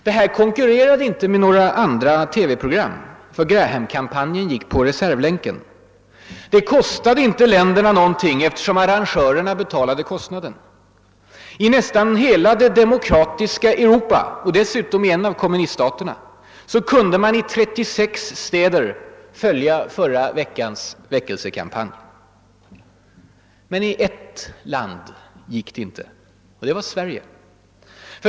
Det här konkurrerade inte med några andra TV-program; Grahamkampanjen gick ju på reservlänken. Det kostade inte länderna något, eftersom arrangörerna betalade kostnaderna. I nästan hela det demokratiska Europa — och dessutom i en av kommuniststaterna — kunde man i 36 städer följa förra veckans väckelsekampanj. Men i ett land gick det inte. Det var Sverige.